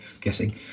guessing